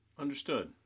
Understood